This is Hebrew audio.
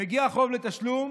מגיע חוב לתשלום,